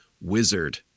wizard